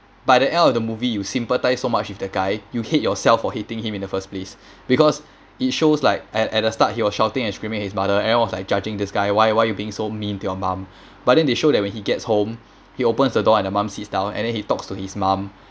by the end of the movie you sympathise so much with the guy you hate yourself for hating him in the first place because it shows like at at the start he was shouting and screaming at his mother everyone was like judging this guy why why you being so mean to your mum but then they show that when he gets home he opens the door and the mum sits down and then he talks to his mum